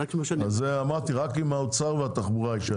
אמרתי רק עם האוצר ועם התחבורה.